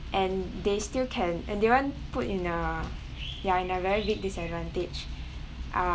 and they still can and they weren't put in a ya in a very big disadvantage